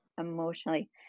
emotionally